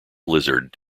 lizard